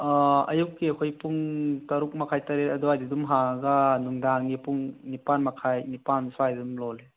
ꯑꯥ ꯑꯌꯨꯛꯀꯤ ꯑꯩꯈꯣꯏ ꯄꯨꯡ ꯇꯔꯨꯛ ꯃꯈꯥꯏ ꯇꯔꯦꯠ ꯑꯗ꯭ꯋꯥꯏꯗ ꯑꯗꯨꯝ ꯍꯥꯡꯉꯒ ꯅꯨꯡꯗꯥꯡꯒꯤ ꯄꯨꯡ ꯅꯤꯄꯥꯟ ꯃꯈꯥꯏ ꯅꯤꯄꯥꯟ ꯁ꯭ꯋꯥꯏꯗ ꯑꯗꯨꯝ ꯂꯣꯜꯂꯤ